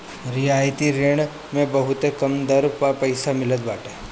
रियायती ऋण मे बहुते कम दर पअ पईसा मिलत बाटे